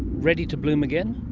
ready to bloom again?